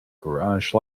garage